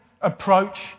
approach